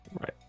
right